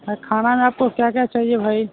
ہاں کھانا میں آپ کو کیا کیا چاہیے بھائی